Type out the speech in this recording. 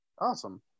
Awesome